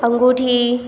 अंगूठी